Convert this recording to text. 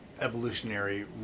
evolutionary